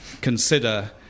consider